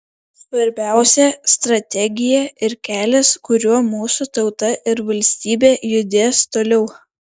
svarbiausia strategija ir kelias kuriuo mūsų tauta ir valstybė judės toliau